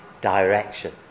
direction